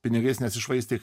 pinigais nesišvaistė